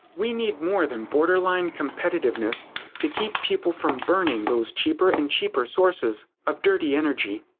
we need more than borderline competitiveness to keep people from burning those cheaper and cheaper sources of dirty energy.